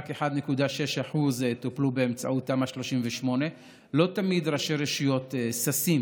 רק 1.6% טופלו באמצעות תמ"א 38%. לא תמיד ראשי רשויות ששים